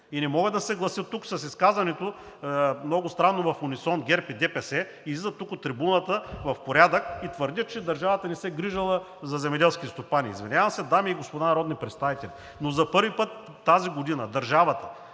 и не мога да се съглася тук с изказването – много странно: в унисон ГЕРБ и ДПС излизат тук, от трибуната, в порядък и твърдят, че държавата не се грижела за земеделските стопани. Извинявам се, дами и господа народни представители, но за първи път тази година държавата